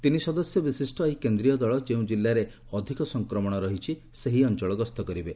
ତିନି ସଦସ୍ୟ ବିଶିଷ୍ଟ ଏହି କେନ୍ଦ୍ରୀୟ ଦଳ ଯେଉଁ ଜିଲ୍ଲାରେ ଅଧବକ ସଂକ୍ରମଣ ରହିଛି ସେହି ଅଞ୍ଚଳ ଗସ୍ତ କରିବେ